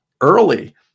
early